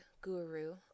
guru